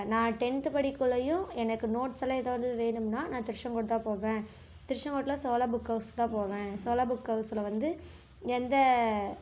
நான் டென்த்து படிக்குள்ளேயும் எனக்கு நோட்ஸ் எல்லாம் ஏதாவது வேணும்னா நான் திருச்செங்கோடு தான் போவேன் திருச்செங்கோட்டில் சோழா புக் ஹவுஸ் தான் போவேன் சோழா புக் ஹவுஸில் வந்து எந்த